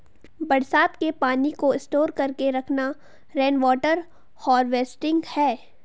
बरसात के पानी को स्टोर करके रखना रेनवॉटर हारवेस्टिंग है